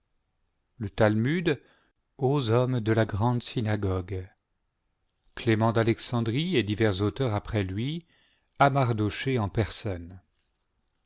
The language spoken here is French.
le talmud aux hommes de la grande synagogue clément d'alexandrie et divers auteurs après lui à mardochée en personne